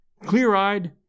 clear-eyed